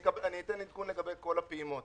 אתן עדכון לגבי כל הפעימות.